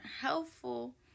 helpful